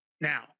now